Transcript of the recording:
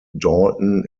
dalton